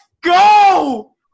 go